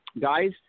Guys